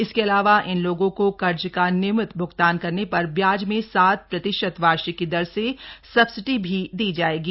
इसके अलावा इन लोगों को कर्ज का नियमित भुगतान करने पर ब्याज में सात प्रतिशत वार्षिक की द द र से सब्सिडी भी द दी जा ए गी